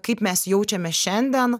kaip mes jaučiamės šiandien